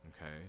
okay